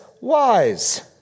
wise